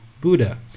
Buddha